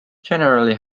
generally